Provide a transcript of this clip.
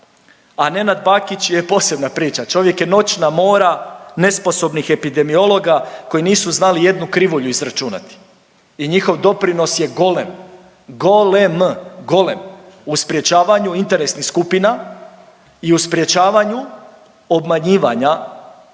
a Nenad Bakić je posebna priča, čovjek je noćna mora nesposobnih epidemiologa koji nisu znali jednu krivulju izračunati i njihov doprinos je golem, golem, golem u sprječavanju interesnih skupina i u sprječavanju obmanjivanja